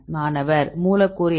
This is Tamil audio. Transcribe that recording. மாணவர் மூலக்கூறு எடை